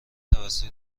توسط